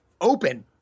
open